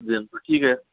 जी हाँ तो ठीक है